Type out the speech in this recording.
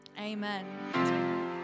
Amen